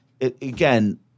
again